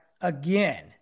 again